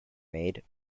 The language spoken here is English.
made